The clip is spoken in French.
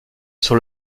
sur